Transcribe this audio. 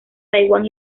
taiwán